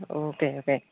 okay okay